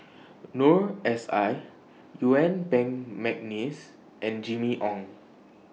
Noor S I Yuen Peng Mcneice and Jimmy Ong